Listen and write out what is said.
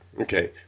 Okay